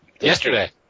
Yesterday